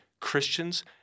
Christians –